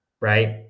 Right